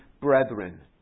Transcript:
brethren